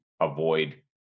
avoid